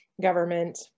government